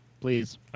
Please